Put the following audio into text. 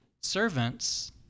Servants